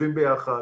יושבים ביחד,